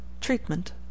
Treatment